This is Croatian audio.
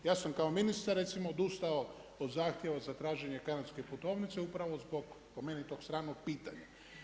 Ja sam kao ministar recimo, odustao od zahtjeva za traženje kanadske putovnice upravo zbog po meni, to stranog pitanja.